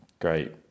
great